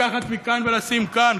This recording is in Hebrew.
לקחת מכאן ולשים כאן.